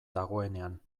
dagoenean